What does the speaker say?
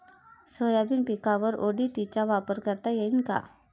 Soybean पिकावर ODT चा वापर करता येईन का?